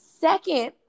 Second